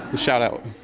shout out.